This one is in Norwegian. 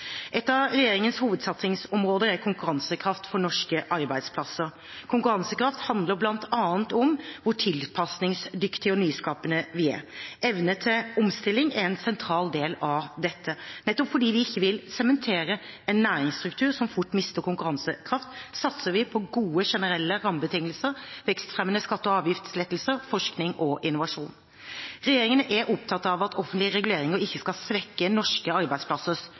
Et av regjeringens hovedsatsingsområder er konkurransekraft for norske arbeidsplasser. Konkurransekraft handler bl.a. om hvor tilpasningsdyktige og nyskapende vi er. Evne til omstilling er en sentral del av dette. Nettopp fordi vi ikke vil sementere en næringsstruktur som fort mister konkurransekraft, satser vi på gode generelle rammebetingelser, vekstfremmende skatte- og avgiftslettelser, forskning og innovasjon. Regjeringen er opptatt av at offentlige reguleringer ikke skal svekke norske